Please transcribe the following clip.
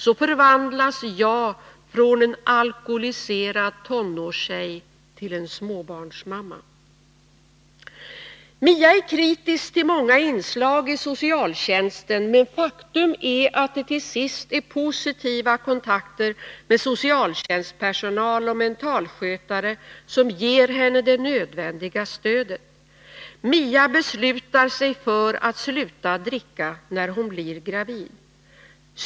Så förvandlas jag från en alkoliserad tonårstjej till en småbarnsmamma.” Mia är kritisk mot många inslag i socialtjänsten, men faktum är att det till sist är positiva kontakter med socialtjänstpersonal och mentalskötare som ger henne det nödvändiga stödet. Mia beslutar sig för att sluta dricka, när hon 241 blir gravid.